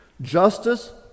justice